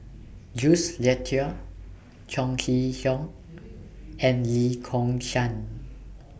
Jules Itier Chong Kee Hiong and Lee Kong Chian